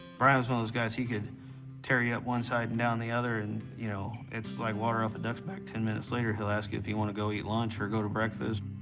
brian's one of those guys, he could tear you up one side and down the other and, you know, it's like water off a duck's back. ten minutes later, he'll ask you if you want to go eat lunch or go to breakfast.